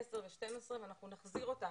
עשר ושתים-עשרה ואנחנו נחזיר אותם.